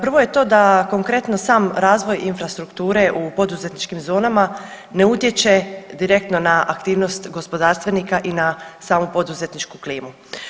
Prvo je to da konkretno sam razvoj infrastrukture u poduzetničkim zonama ne utječe direktno na aktivnost gospodarstvenika i na samu poduzetničku klimu.